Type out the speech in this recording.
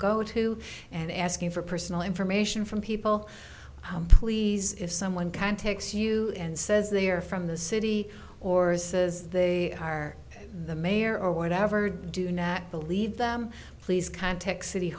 go to and asking for personal information from people please if someone can takes you and says they are from the city ors as they are the mayor or whatever do not believe them please context city